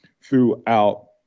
throughout